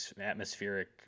atmospheric